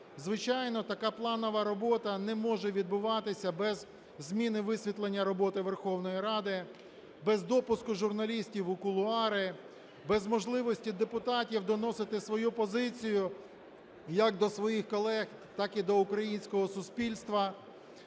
Звичайно, така планова робота не може відбуватися без зміни висвітлення роботи Верховної Ради, без допуску журналістів у кулуари, без можливості депутатів доносити свою позицію як до своїх колег, так і до українського суспільства.